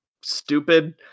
stupid